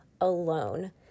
alone